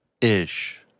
Ish